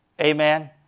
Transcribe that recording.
Amen